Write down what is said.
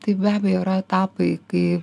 taip be abejo yra etapai kai